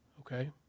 okay